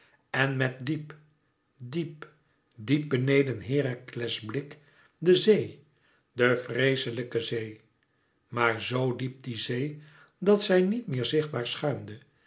en met diep diep diep beneden herakles blik de zee de vreeslijke zee maar zoo diep die zee dat zij niet meer zichtbaar schuimde